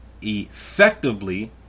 effectively